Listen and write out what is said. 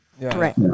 Right